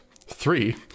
Three